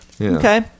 Okay